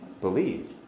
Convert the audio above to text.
believe